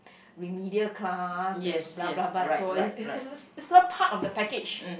remedial class and blah blah blah and so is is is is a part of the package